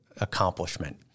accomplishment